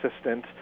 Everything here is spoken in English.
assistant